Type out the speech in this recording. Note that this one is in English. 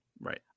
right